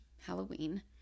Halloween